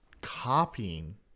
copying